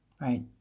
right